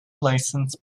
licensed